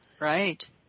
Right